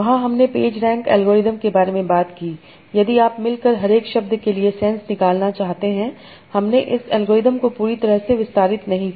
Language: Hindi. वहां हमने पेज रैंक अल्गोरिथम के बारे में बात की यदि आप मिलकर हरेक शब्द के लिए सेंस निकलना चाहते हैं हमने इस अल्गोरिथम को पूरी तरह से विस्तारित नहीं किया